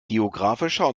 geographischer